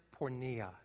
pornea